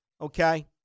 Okay